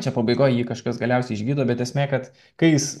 čia pabaigoj jį kažkas galiausiai išgydo bet esmė kad kai jis